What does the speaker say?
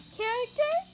character